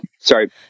Sorry